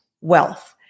wealth